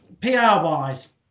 PR-wise